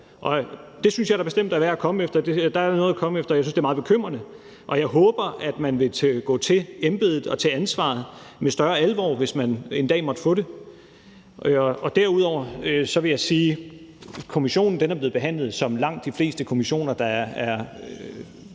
efter; der er da noget at komme efter. Jeg synes, det er meget bekymrende, og jeg håber, at man vil gå til embedet og til ansvaret med større alvor, hvis man en dag måtte få det. Derudover vil jeg sige, at kommissionens arbejde er blevet behandlet som i langt de fleste kommissioner, der har